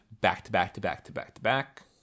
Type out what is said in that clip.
back-to-back-to-back-to-back-to-back